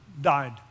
died